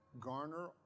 garner